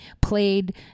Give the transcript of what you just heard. played